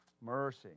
Mercy